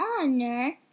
honor